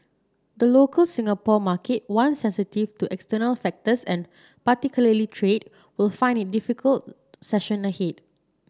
the local Singapore market one sensitive to external factors and particularly trade would find it difficult session ahead